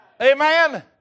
Amen